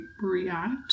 react